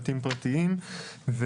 בבתים פרטיים,